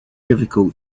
difficult